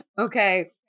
Okay